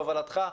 בהובלתך,